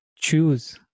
choose